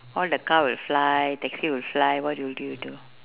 all the car will fly taxi will fly what will you do